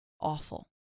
awful